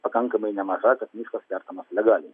pakankamai nemaža kad miškas kertamas legaliai